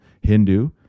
Hindu